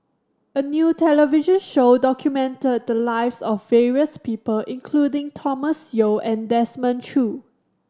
a new television show documented the lives of various people including Thomas Yeo and Desmond Choo